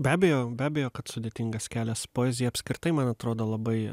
be abejo be abejo kad sudėtingas kelias poezija apskritai man atrodo labai